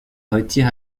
retire